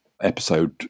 episode